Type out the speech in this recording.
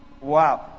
Wow